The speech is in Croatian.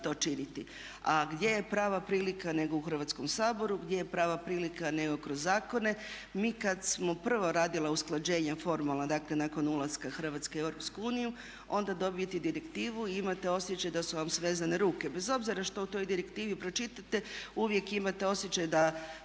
to činiti. A gdje je prava prilika nego u Hrvatskom saboru, gdje je prava prilika nego kroz zakone. Mi kad smo prvo radili usklađenja formalna, dakle nakon ulaska Hrvatske u EU onda dobijete direktivu i imate osjećaj da su vam svezane ruke bez obzira što u toj direktivi pročitate, uvijek imate osjećaj da